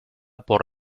por